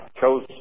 chose